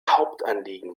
hauptanliegen